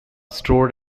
stored